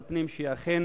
שאכן